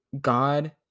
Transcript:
God